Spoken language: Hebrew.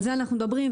על זה אנחנו מדברים.